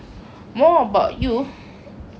more about you